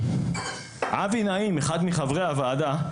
אבי נעים, אחד מחברי הוועדה,